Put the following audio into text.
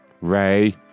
Ray